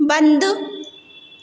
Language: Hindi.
बंद